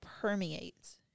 permeates